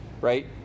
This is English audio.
right